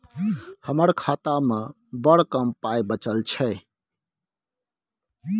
हमर खातामे बड़ कम पाइ बचल छै